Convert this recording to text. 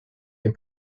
dem